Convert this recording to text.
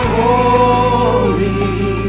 holy